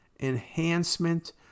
enhancement